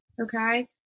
Okay